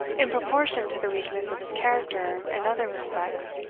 in proportion to the weakness of his character in other respects